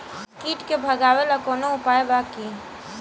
कीट के भगावेला कवनो उपाय बा की?